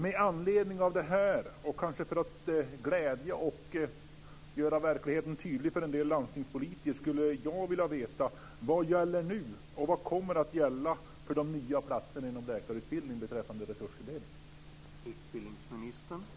Med anledning av det här och kanske för att göra verkligheten tydlig för en del landstingspolitiker skulle jag vilja veta vad som nu gäller och vad som kommer att gälla beträffande resurstilldelning till de nya platserna inom läkarutbildningen.